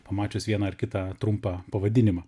pamačius vieną ar kitą trumpą pavadinimą